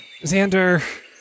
Xander